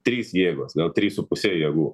trys jėgos gal trys su puse jėgų